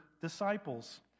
disciples